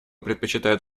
предпочитает